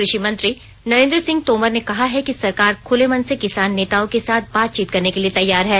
कृषि मंत्री नरेंद्र सिंह तोमर ने कहा है कि सरकार खुले मन से किसान नेताओं के साथ बातचीत करने के लिए तैयार है